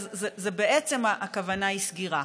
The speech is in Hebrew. אז בעצם הכוונה היא סגירה.